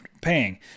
paying